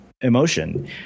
emotion